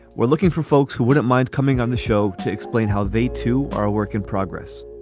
we're looking for folks who wouldn't mind coming on the show to explain how they, too, are a work in progress.